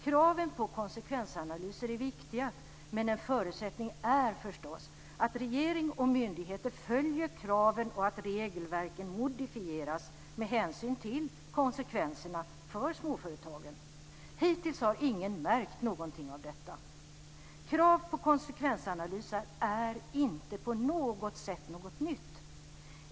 Kraven på konsekvensanalyser är viktiga, men en förutsättning är förstås att regering och myndigheter följer kraven och att regelverken modifieras med hänsyn till konsekvenserna för småföretagen. Hittills har ingen märkt någonting av detta. Krav på konsekvensanalyser är inte något nytt.